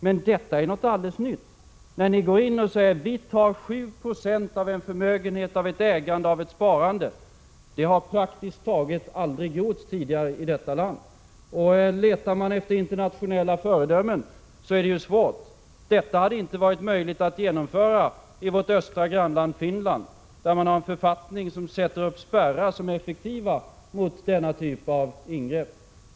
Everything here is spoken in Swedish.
Men det är något alldeles nytt när ni går in och säger: Vi tar 7 Jo av en förmögenhet, av ett ägande, av ett sparande. Det har praktiskt taget aldrig gjorts tidigare i detta land. Att leta efter internationella förebilder är svårt. Detta hade inte varit möjligt att genomföra i vårt östra grannland Finland, där man har en författning som sätter upp spärrar som är effektiva mot denna typ av ingrepp.